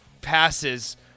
passes